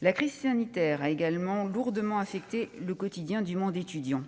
La crise sanitaire a également lourdement affecté le quotidien du monde étudiant.